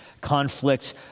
conflict